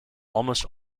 almost